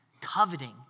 Coveting